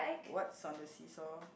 what's on the see-saw